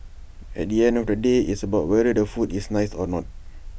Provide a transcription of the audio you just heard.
at the end of the day it's about whether the food is nice or not